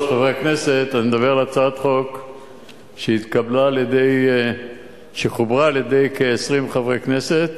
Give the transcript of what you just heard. על הצעת חוק שחוברה על-ידי כ-20 חברי כנסת,